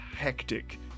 hectic